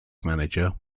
manager